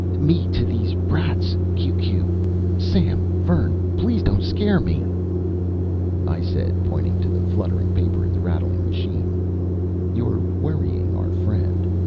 me to these rats q q sam vern please dont scare me i said, pointing to the fluttering paper in the rattling machine you're worrying our friend.